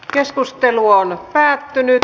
keskustelu päättyi